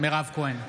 מירב כהן,